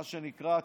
מה שנקרא.